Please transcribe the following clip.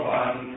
one